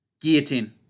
Guillotine